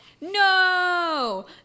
No